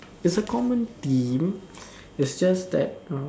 it's a common theme it's just that you know